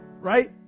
right